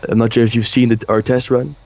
and not sure if you've seen our test run,